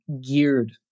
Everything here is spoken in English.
geared